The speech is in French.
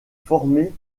formé